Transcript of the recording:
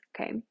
okay